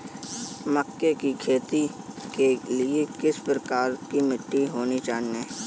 मक्के की खेती के लिए किस प्रकार की मिट्टी होनी चाहिए?